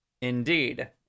Indeed